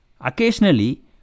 Occasionally